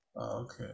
okay